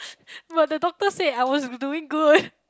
but the doctor said I was doing good